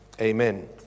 Amen